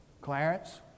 Clarence